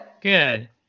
Good